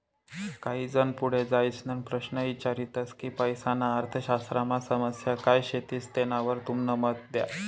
काही जन पुढे जाईसन प्रश्न ईचारतस की पैसाना अर्थशास्त्रमा समस्या काय शेतीस तेनावर तुमनं मत द्या